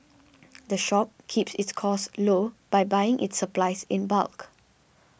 the shop keeps its costs low by buying its supplies in bulk